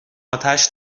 اتش